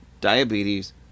diabetes